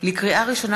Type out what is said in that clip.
לקריאה ראשונה,